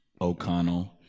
O'Connell